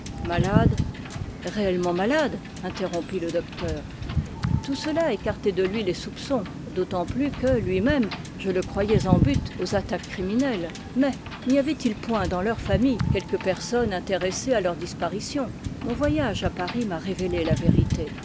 malade réellement malade interrompit le docteur tout cela écartait de lui les soupçons d'autant plus que lui-même je le croyais en butte aux attaques criminelles mais n'y avait-il point dans leur famille quelque personne intéressée à leur disparition mon voyage à paris m'a révélé la vérité